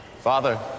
Father